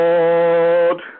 Lord